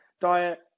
diet